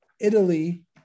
Italy